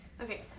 Okay